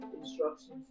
instructions